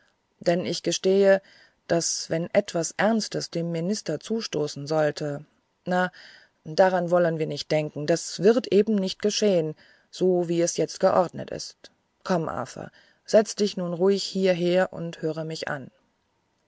denn ich gestehe daß wenn etwas ernstes dem minister zustoßen sollte na daran wollen wir gar nicht denken das wird eben nicht geschehen so wie das jetzt geordnet ist komm arthur setze dich nun ruhig hierher und höre mich an